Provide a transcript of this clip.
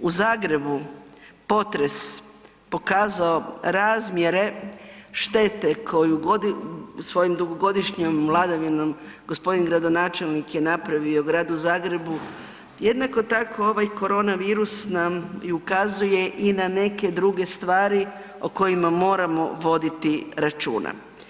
u Zagrebu potres pokazao razmjere štete koju svojom dugogodišnjom vladavinom g. gradonačelnik je napravio gradu Zagrebu, jednako tako ovaj koronavirus nam i ukazuje i na neke druge stvari o kojima moramo voditi računa.